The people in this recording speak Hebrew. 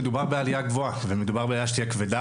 מדובר בעלייה גבוה ומדובר על עלייה שתהיה כבדה